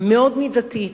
מאוד מידתית.